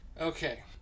Okay